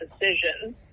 decision